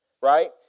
right